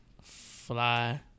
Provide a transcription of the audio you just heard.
fly